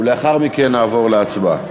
ולאחר מכן נעבור להצבעה.